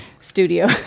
studio